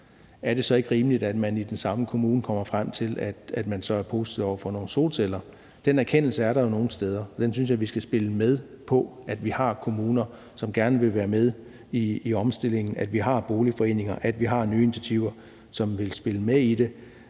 er det så ikke rimeligt, at man i den samme kommune kommer frem til at være positiv over for opsætning af nogle solceller? Den erkendelse er der jo nogle steder, og jeg synes, at vi skal spille med på, at vi har kommuner, der gerne vil være med i omstillingen, at vi har boligforeninger, som vil spille med, og